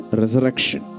resurrection